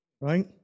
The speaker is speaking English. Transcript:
right